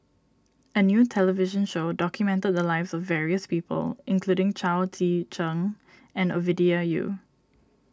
a new television show documented the lives of various people including Chao Tzee Cheng and Ovidia Yu